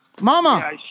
Mama